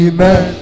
Amen